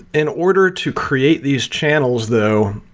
in order to create these channels though,